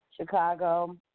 Chicago